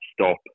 stop